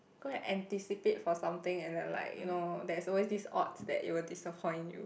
go and anticipate for something and then like you know there's always this odds that it will disappoint you